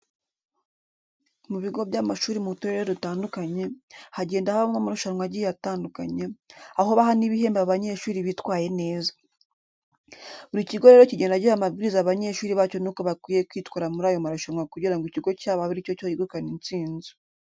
Mu bigo by'amashuri mu turere dutandukanye, hagenda habaho amarushanwa agiye atandukanye, aho baha n'ibihembo abanyeshuri bitwaye neza. Buri kigo rero kigenda giha amabwiriza abanyeshuri bacyo n'uko bakwiye kwitwara muri ayo marushanwa kugira ngo ikigo cyabo abe ari cyo cyegukana intsinzi.